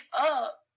up